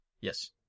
Yes